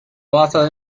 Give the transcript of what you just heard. basada